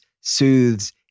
soothes